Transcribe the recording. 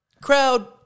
Crowd